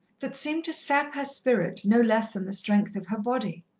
that seemed to sap her spirit no less than the strength of her body.